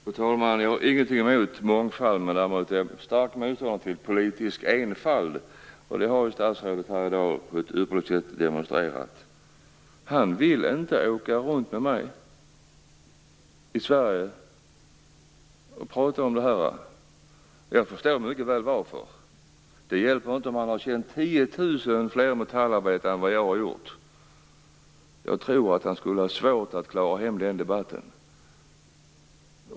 Fru talman! Jag har ingenting emot mångfald, men däremot är jag stark motståndare till politisk enfald, och sådan har statsrådet här i dag på ett ypperligt sätt demonstrerat. Han vill inte åka runt med mig i Sverige och prata om detta, och jag förstår mycket väl varför. Det hjälper inte om han har känt 10 000 fler metallarbetare än vad jag har gjort. Jag tror att han skulle ha svårt att ta hem den debatten.